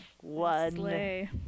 One